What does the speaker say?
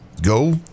go